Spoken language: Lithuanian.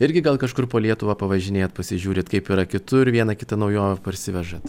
irgi gal kažkur po lietuvą pavažinėjat pasižiūrit kaip yra kitur vieną kitą naujovę parsivežat